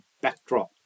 backdrop